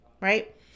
Right